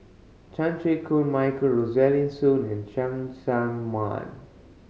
Chan Chew Koon Michael Rosaline Soon and Cheng Tsang Man